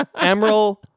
Emerald